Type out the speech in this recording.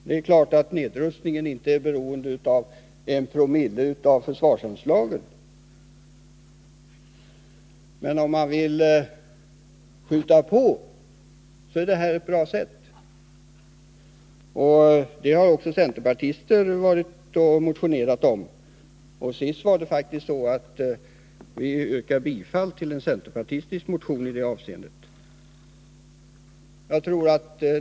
Det är klart att nedrustningen inte är beroende av en promille av försvarsanslaget. Även centerpartister har varit med om att motionera härom. Senast var det faktiskt så, att socialdemokraterna i utrikesutskottet yrkade bifall också till en centerpartistisk motion.